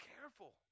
careful